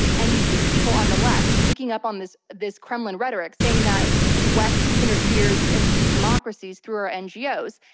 and you see people on the left picking up on this this kremlin rhetoric, saying that the west interferes in these democracies through our ngos.